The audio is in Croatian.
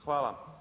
Hvala.